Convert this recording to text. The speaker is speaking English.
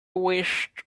wished